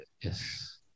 Yes